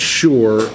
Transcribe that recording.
sure